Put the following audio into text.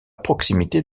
proximité